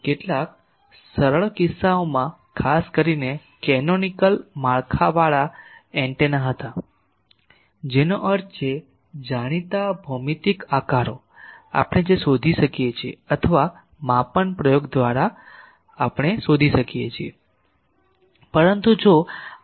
કેટલાક સરળ કિસ્સાઓમાં ખાસ કરીને કેનોનિકલ માળખાંવાળા એન્ટેના હતા જેનો અર્થ છે જાણીતા ભૌમિતિક આકારો આપણે જે શોધી શકીએ છીએ અથવા માપન પ્રયોગ દ્વારા આપણે શોધી શકીએ છીએ